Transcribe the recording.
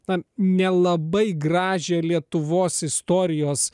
na nelabai gražią lietuvos istorijos